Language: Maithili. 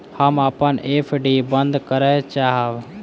हम अपन एफ.डी बंद करय चाहब